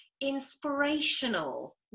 inspirational